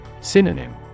Synonym